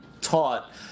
taught